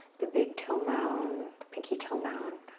the big toe mound, the pinky toe mound.